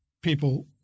people